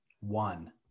One